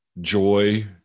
joy